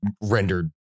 rendered